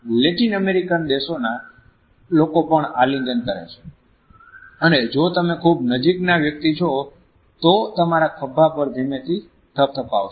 Latin American દેશોના લોકો પણ આલિંગન કરે છે અને જો તમે ખુબ નજીક ના વ્યક્તિ છો તો તમારા ખંભા પર ધીમેથી થપથપાવશે